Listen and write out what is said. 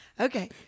Okay